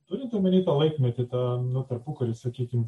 turint omeny tą laikmetį tą tarpukarį sakykim